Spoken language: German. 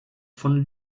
von